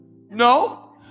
No